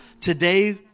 today